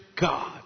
God